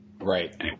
Right